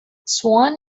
swan